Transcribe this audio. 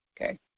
okay